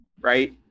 right